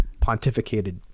pontificated